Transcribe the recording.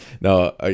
No